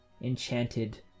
enchanted